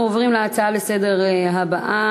אנחנו עוברים להצבעה על ההעברה של